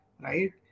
right